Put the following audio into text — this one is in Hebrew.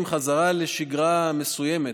עם חזרה לשגרה מסוימת,